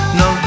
no